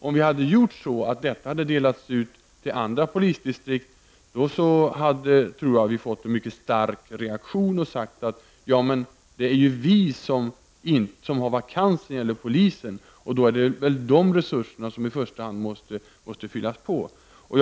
Om resurserna hade delats ut till andra polisdistrikt, tror jag att vi hade fått en mycket stark reaktion och att man hade sagt att det är där man har vakanserna när det gäller poliser som resurserna måste fyllas på i första hand.